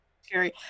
scary